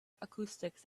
acoustics